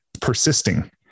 persisting